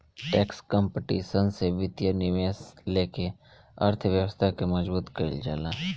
tax competition से वित्तीय निवेश लेके अर्थव्यवस्था के मजबूत कईल जाला